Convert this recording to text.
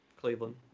Cleveland